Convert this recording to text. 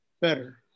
better